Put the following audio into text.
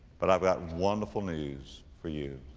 but i've got wonderful news for you.